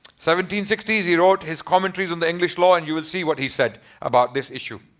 seventeen sixty s, he wrote his commentaries on the english law and you will see what he said about this issue.